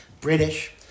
British